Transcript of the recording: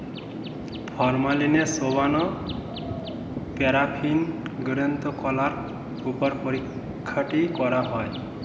ফর্মালিনে চোবানো প্যারাফিন গ্রন্ত কলার উপর পরীক্ষাটি করা হয়